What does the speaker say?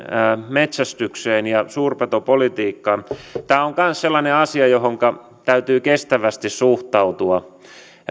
metsästykseen ja meidän suurpetopolitiikkaan tämä on kanssa sellainen asia johonka täytyy kestävästi suhtautua